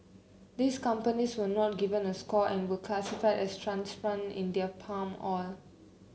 these companies were not given a score and were classified as transplant in their palm oil